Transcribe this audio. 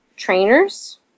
Trainers